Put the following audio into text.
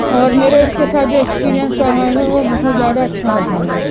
اور میرے اس کے ساتھ جو ایکسپریئنس رہا ہے وہ بہت زیادہ اچھا رہا ہے